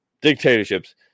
dictatorships